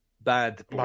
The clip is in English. bad